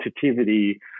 sensitivity